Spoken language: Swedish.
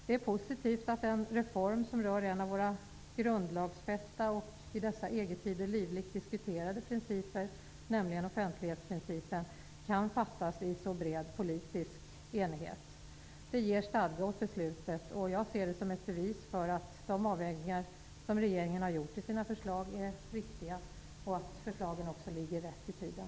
Det är positivt att ett beslut om en reform som rör en av våra grundlagsfästa och i dessa EG-tider en av våra livligt diskuterade principer, nämligen offentlighetsprincipen, kan fattas i så bred politisk enighet. Det ger stadga åt beslutet, och jag ser det som ett bevis för att de avvägningar som regeringen har gjort i sina förslag är riktiga och att förslagen också ligger rätt i tiden.